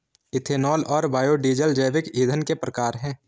ethanol और biodiesel जैविक ईंधन के प्रकार है